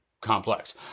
complex